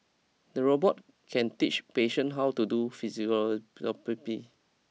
the robot can teach patient how to do physiotherapy